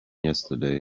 yesterday